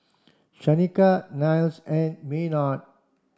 Shanika Niles and Maynard